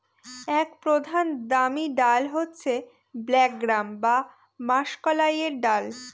এক প্রধান দামি ডাল হচ্ছে ব্ল্যাক গ্রাম বা মাষকলাইর দল